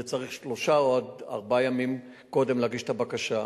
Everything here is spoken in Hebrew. צריך שלושה או ארבעה ימים קודם להגיש את הבקשה.